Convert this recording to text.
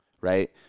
right